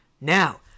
Now